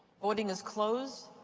voting is closed.